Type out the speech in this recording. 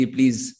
Please